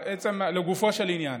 לגופו של עניין,